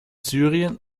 syrien